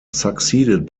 succeeded